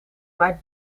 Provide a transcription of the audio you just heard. maar